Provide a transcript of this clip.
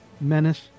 Menace